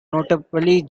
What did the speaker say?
notably